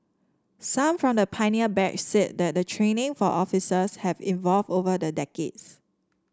some from the pioneer batch said the training for officers has evolved over the decades